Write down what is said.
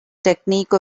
technique